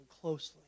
closely